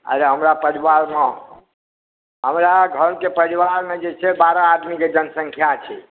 आर हमरा कब्जामे हमरा घरके पजरा मे जे छै बारह आदमी के जनसँख्या छै